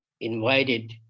invited